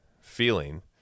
feeling